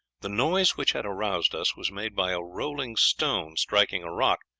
the noise which had aroused us was made by a rolling stone striking a rock